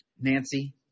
Nancy